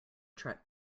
truck